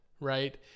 right